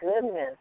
goodness